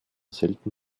selten